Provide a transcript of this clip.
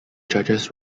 judges